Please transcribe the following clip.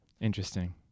Interesting